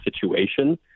situation